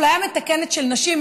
אפליה מתקנת של נשים,